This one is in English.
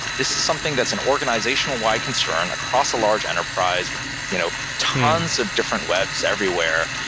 this is something that's an organizational why construction across a large enterprise with you know tons of different webs everywhere.